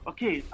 Okay